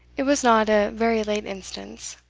it was not a very late instance.